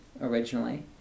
originally